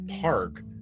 park